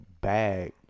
bag